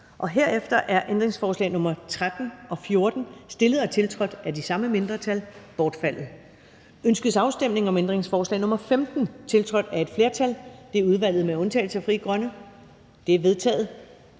Herefter er ændringsforslag nr. 5 og 8, stillet og tiltrådt af de samme mindretal, bortfaldet. Ønskes afstemning om ændringsforslag nr. 9, tiltrådt af udvalget? Det er vedtaget.